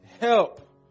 help